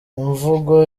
imvugo